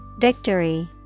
Victory